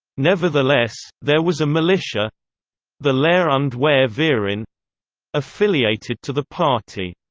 nevertheless, there was a militia the lehr und wehr verein affiliated to the party.